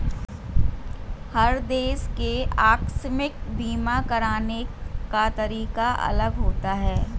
हर देश के आकस्मिक बीमा कराने का तरीका अलग होता है